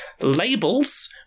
Labels